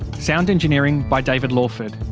sound engineering by david lawford.